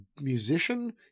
musician